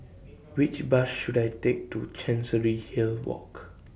Which Bus should I Take to Chancery Hill Walk